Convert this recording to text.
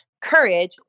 courage